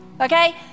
okay